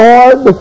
Lord